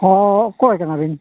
ᱦᱮᱸ ᱚᱠᱚᱭ ᱠᱟᱱᱟᱵᱤᱱ